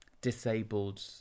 disabled